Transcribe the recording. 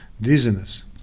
dizziness